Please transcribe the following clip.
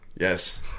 Yes